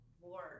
war